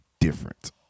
different